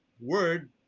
word